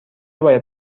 باید